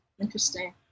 interesting